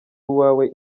uwawe